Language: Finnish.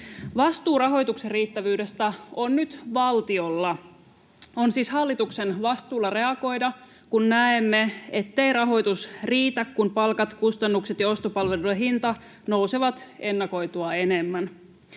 Vastuu rahoituksen riittävyydestä on nyt valtiolla. On siis hallituksen vastuulla reagoida, kun näemme, ettei rahoitus riitä, kun palkat, kustannukset ja ostopalveluiden hinta nousevat ennakoitua enemmän.